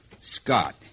Scott